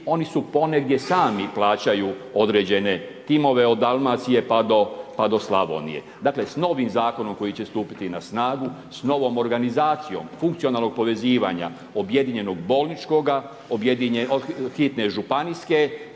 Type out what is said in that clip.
oni su ponegdje sami plaćaju određene timove od Dalmacije pa do Slavonije. Dakle, s novim Zakonom koji će stupiti na snagu, s novom organizacijom, funkcionalnog povezivanja objedinjenog bolničkoga, hitne županijske